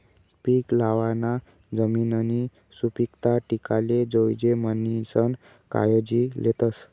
पीक लावाना जमिननी सुपीकता टिकाले जोयजे म्हणीसन कायजी लेतस